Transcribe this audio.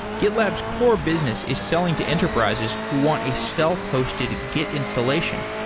gitlab's core business is selling to enterprises who want a self-hosted git installation,